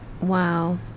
Wow